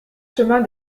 chemin